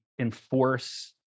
enforce